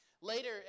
later